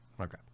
Okay